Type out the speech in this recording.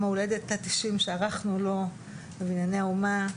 ההולדת ה-90 שערכנו לו בבנייני האומה,